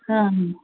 हां हां